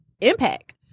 impact